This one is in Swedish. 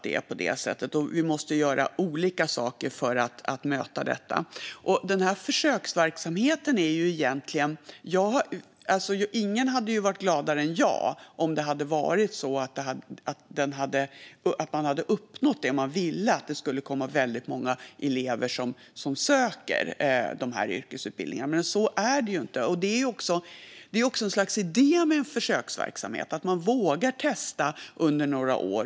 Det är på det sättet, och vi måste göra olika saker för att möta detta. När det gäller denna försöksverksamhet hade ingen varit gladare än jag om man hade uppnått det man ville: att det skulle vara väldigt många elever som söker dessa yrkesutbildningar. Men så är det inte. Det är också ett slags idé med en försöksverksamhet. Det handlar om att man vågar testa under några år.